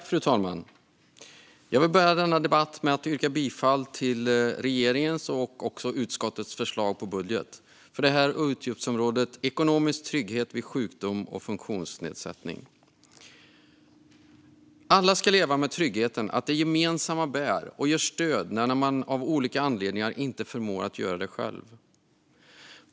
Fru talman! Jag vill börja med att yrka bifall till utskottets förslag att godkänna regeringens förslag till budget för utgiftsområde 10 om ekonomisk trygghet vid sjukdom och funktionsnedsättning. Alla ska leva med tryggheten att det gemensamma bär och ger stöd när man av olika anledningar inte förmår göra det själv.